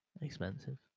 expensive